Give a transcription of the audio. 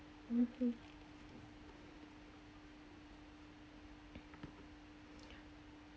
mmhmm